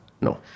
No